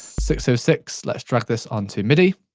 six so six let's drag this onto midi.